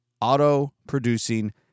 auto-producing